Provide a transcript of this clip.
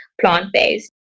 plant-based